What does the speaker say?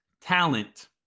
talent